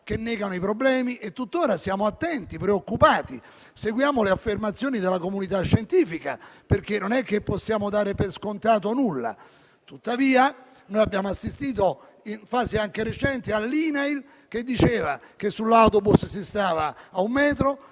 che negano i problemi e tutt'ora siamo attenti e preoccupati. Seguiamo le affermazioni della comunità scientifica, perché non possiamo dare per scontato nulla. Tuttavia, noi abbiamo assistito, in fase anche recente, all'INAIL che diceva che sull'autobus si stava a un metro